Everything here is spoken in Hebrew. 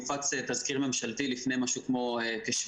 הופץ תזכיר ממשלתי לפני כשבועיים,